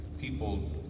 people